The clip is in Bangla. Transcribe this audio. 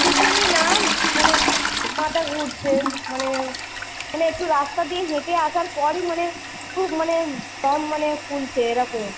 খিঁচুনি না মানে মাথা ঘুরছে মানে মানে একটু রাস্তা দিয়ে হেঁটে আসার পরই মানে খুব মানে দম মানে ফুলছে এরকম